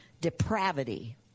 depravity